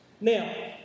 Now